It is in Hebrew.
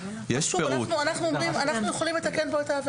יש פירוט בסעיף 18(א1) של העבירות.